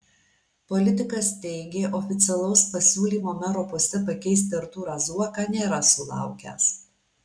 politikas teigė oficialaus pasiūlymo mero poste pakeisti artūrą zuoką nėra sulaukęs